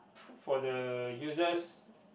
for the users